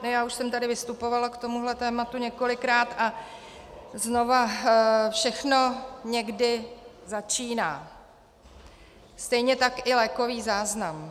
Já už jsem tady vystupovala k tomuto tématu několikrát a znova všechno někdy začíná, stejně tak i lékový záznam.